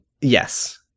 Yes